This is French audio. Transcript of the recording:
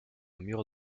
mur